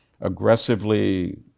aggressively